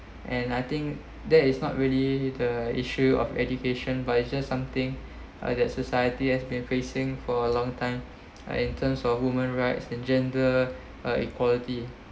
and I think that is not really the issue of education vices something or that society has been facing for a long time in terms of women's rights and gender uh equality